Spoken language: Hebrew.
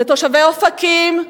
מתושבי אופקים,